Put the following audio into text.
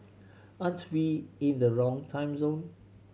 aren't we in the wrong time zone